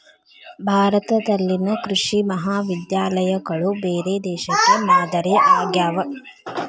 ಭಾರತದಲ್ಲಿನ ಕೃಷಿ ಮಹಾವಿದ್ಯಾಲಯಗಳು ಬೇರೆ ದೇಶಕ್ಕೆ ಮಾದರಿ ಆಗ್ಯಾವ